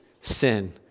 sin